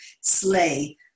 slay